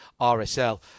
RSL